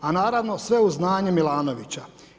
A naravno, sve uz znanje Milanovića.